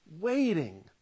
waiting